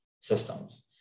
systems